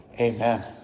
amen